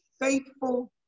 faithful